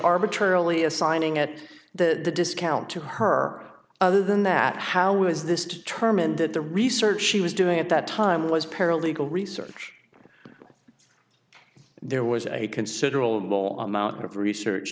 arbitrarily assigning at the discount to her are other than that how was this determined that the research she was doing at that time was paralegal research there was a considerable amount of research